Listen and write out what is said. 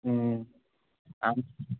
आनी